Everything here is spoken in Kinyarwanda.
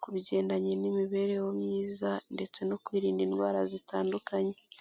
ku bigendanye n'imibereho myiza ndetse no kwirinda indwara zitandukanye.